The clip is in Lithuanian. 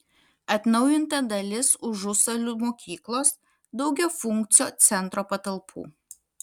atnaujinta dalis užusalių mokyklos daugiafunkcio centro patalpų